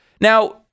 Now